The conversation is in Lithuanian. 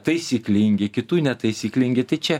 taisyklingi kitų netaisyklingi tai čia